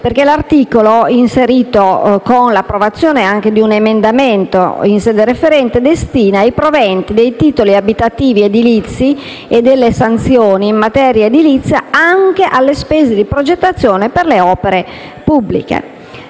perché, inserito con l'approvazione di un emendamento in sede referente, destina i proventi dei titoli abitativi edilizi e delle sanzioni in materia edilizia anche alle spese di progettazione per le opere pubbliche.